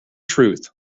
truth